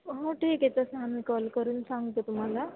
हो ठीक आहे तसं आम्ही कॉल करून सांगतो तुम्हाला